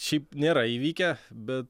šiaip nėra įvykę bet